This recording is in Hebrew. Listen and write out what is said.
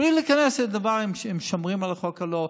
בלי להיכנס לדבר אם הם שומרים על החוק או לא.